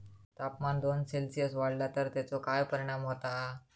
तापमान दोन सेल्सिअस वाढला तर तेचो काय परिणाम होता?